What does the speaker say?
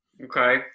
Okay